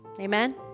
Amen